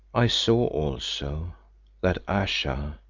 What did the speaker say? i saw also that ayesha,